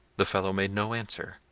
the fellow made no answer,